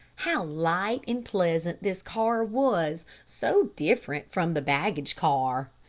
how light and pleasant this car was so different from the baggage car.